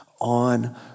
on